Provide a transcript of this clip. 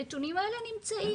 הנתונים האלה נמצאים,